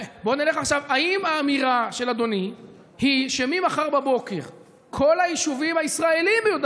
האם האמירה של אדוני היא שממחר בבוקר כל היישובים הישראליים ביהודה